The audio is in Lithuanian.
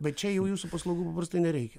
bet čia jau jūsų paslaugų paprastai nereikia